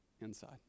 inside